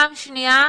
פעם שנייה,